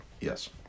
Yes